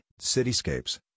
Cityscapes